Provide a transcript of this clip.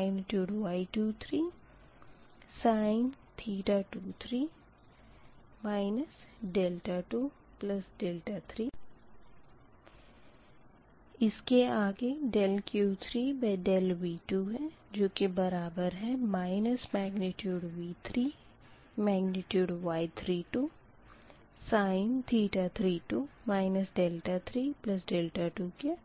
dQ3dV3 V1Y31sin 31 31 2V3Y33sin sin